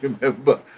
remember